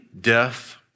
death